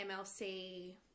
MLC